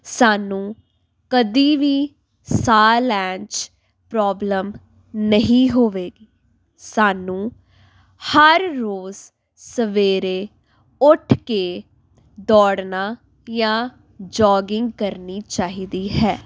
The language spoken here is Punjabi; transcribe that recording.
ਸਾਨੂੰ ਕਦੇ ਵੀ ਸਾਹ ਲੈਣ 'ਚ ਪ੍ਰੋਬਲਮ ਨਹੀਂ ਹੋਵੇਗੀ ਸਾਨੂੰ ਹਰ ਰੋਜ਼ ਸਵੇਰੇ ਉੱਠ ਕੇ ਦੌੜਨਾ ਜਾਂ ਜੋਗਿੰਗ ਕਰਨੀ ਚਾਹੀਦੀ ਹੈ